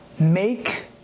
Make